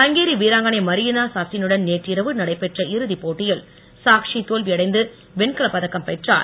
Hungary வீராங்கனை Marianna சாஸ்டினுடன் நேற்று இரவு நடைபெற்ற இறுதிப் போட்டியில் சாக்ஷி தோல்வியடைந்து வெண்கலப் பதக்கம் பெற்றார்